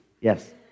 Yes